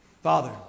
Father